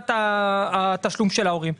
ועדת התשלום של ההורים.